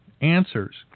answers